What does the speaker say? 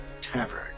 tavern